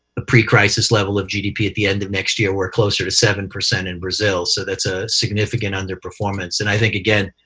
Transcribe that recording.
the pre-crisis level of gdp at the end of next year we're closer to seven percent in brazil. so that's a significant underperformance. and i think, again,